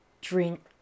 drink